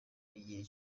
igihe